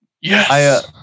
Yes